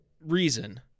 reason